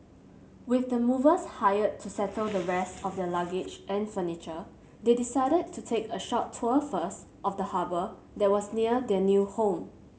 with the movers hired to settle the rest of their luggage and furniture they decided to take a short tour first of the harbour that was near their new home